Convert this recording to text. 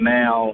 now